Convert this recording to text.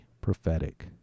prophetic